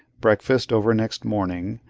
breakfast over next morning,